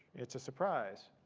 it's a surprise.